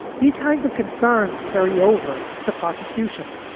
these kinds of concerns carry over to prosecution